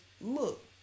look